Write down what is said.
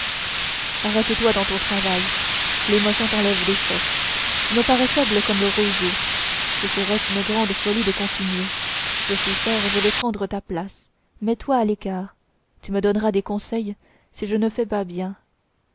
arrête-toi dans ton travail l'émotion t'enlève tes forces tu me parais faible comme le roseau ce serait une grande folie de continuer je suis fort je vais prendre ta place toi mets-toi à l'écart tu me donneras des conseils si je ne fais pas bien